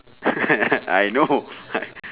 I know